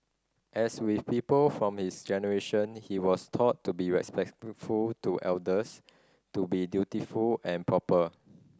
as with people from his generation he was taught to be respectful to elders to be dutiful and proper